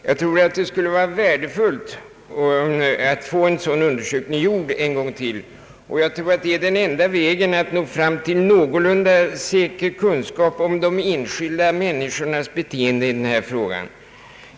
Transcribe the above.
Jag anser att det skulle vara värdefullt att få en sådan undersökning gjord ännu en gång, då jag tror att det är enda vägen att nå fram till någorlunda säker kunskap om de enskilda människornas beteende härvidlag.